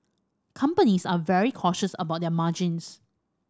companies are very cautious about their margins